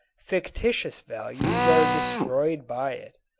fictitious values are destroyed by it.